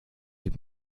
ich